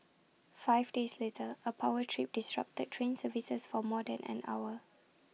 five days later A power trip disrupted train services for more than an hour